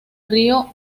río